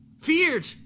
feared